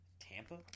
Tampa